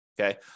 okay